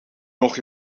nog